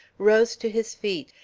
rose to his feet,